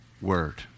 word